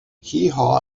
heehaw